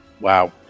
Wow